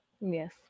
yes